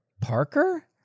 Parker